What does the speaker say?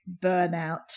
burnout